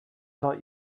thought